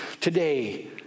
today